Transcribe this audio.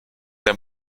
der